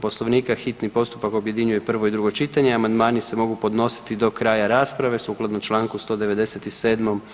Poslovnika, hitni postupak objedinjuje prvo i drugo čitanje, a amandmani se mogu podnositi do kraja rasprave sukladno čl. 197.